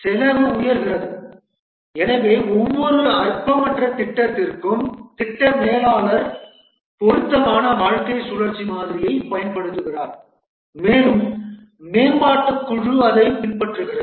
செலவு உயர்கிறது எனவே ஒவ்வொரு அற்பமற்ற திட்டத்திற்கும் திட்ட மேலாளர் பொருத்தமான வாழ்க்கை சுழற்சி மாதிரியைப் பயன்படுத்துகிறார் மேலும் மேம்பாட்டுக் குழு அதைப் பின்பற்றுகிறது